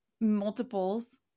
multiples